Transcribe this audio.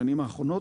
בשנים האחרונות,